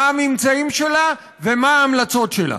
מה הממצאים שלה ומה ההמלצות שלה.